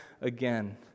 again